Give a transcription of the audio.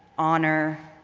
honor,